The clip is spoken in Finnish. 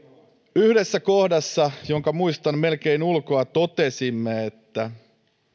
yhdessä kohdassa jonka muistan melkein ulkoa totesimme että